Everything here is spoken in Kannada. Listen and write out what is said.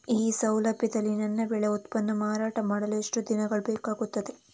ಈ ಸೌಲಭ್ಯದಲ್ಲಿ ನನ್ನ ಬೆಳೆ ಉತ್ಪನ್ನ ಮಾರಾಟ ಮಾಡಲು ಎಷ್ಟು ದಿನಗಳು ಬೇಕಾಗುತ್ತದೆ?